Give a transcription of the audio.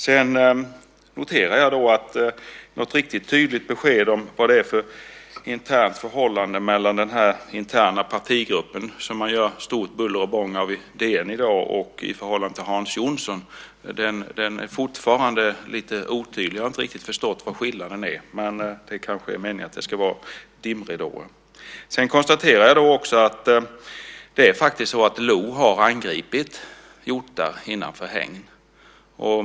Sedan noterar jag att vi inte får något riktigt tydligt besked om vad det är för internt förhållande mellan den interna partigruppen, som man gör stort buller och bång av i DN i dag, och Hans Jonsson. Det är fortfarande lite otydligt. Jag har inte riktigt förstått vad skillnaden är, men det kanske är meningen att det ska vara dimridåer. Jag konstaterar också att lodjur har angripit hjortar innanför hägn.